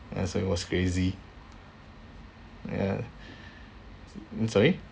ah so it was crazy ya sorry